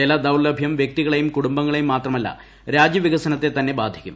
ജല ദൌർലഭ്യം വ്യക്തികളേയും കുടുംബങ്ങളേയും മാത്രമല്ല രാജ്യ വികസനത്തെ തന്നെ ബാധിക്കും